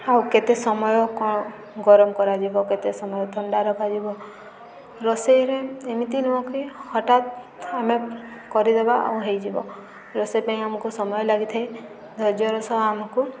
ଆଉ କେତେ ସମୟ କ'ଣ ଗରମ କରାଯିବ କେତେ ସମୟ ଥଣ୍ଡା ରଖାଯିବ ରୋଷେଇରେ ଏମିତି ନୁହେଁକି ହଠାତ୍ ଆମେ କରିଦେବା ଆଉ ହୋଇଯିବ ରୋଷେଇ ପାଇଁ ଆମକୁ ସମୟ ଲାଗିଥାଏ ଧୈର୍ଯ୍ୟର ସହ ଆମକୁ